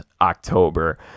October